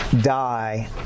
die